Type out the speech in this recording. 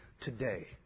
today